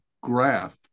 graph